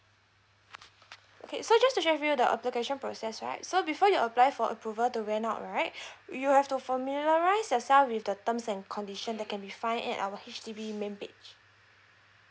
okay so just to share with you the application process right so before you apply for approval to rent out right you have to familiarise yourself with the terms and condition that can be find it at our H_D_B main page